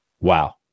wow